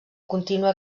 contínua